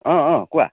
অ অ কোৱা